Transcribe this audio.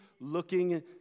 looking